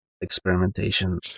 experimentation